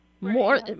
More